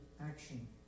action